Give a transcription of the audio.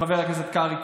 חבר הכנסת קרעי,